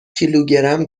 کیلوگرم